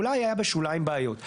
אולי היה בשוליים בעיות.